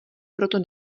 proto